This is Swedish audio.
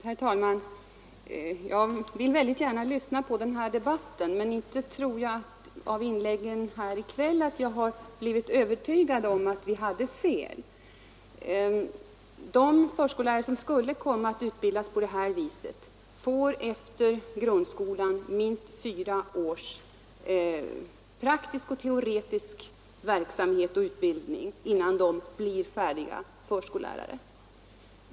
Herr talman! Jag vill mycket gärna lyssna på denna debatt, men jag har inte av inläggen i kväll blivit övertygad om att vi hade fel. De förskollärare som skulle komma att utbildas på detta sätt får efter grundskolan minst fyra års praktisk och teoretisk verksamhet och utbildning innan de blir färdiga förskollärare.